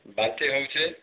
ବାନ୍ତି ହେଉଛି